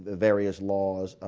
various laws,